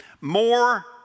more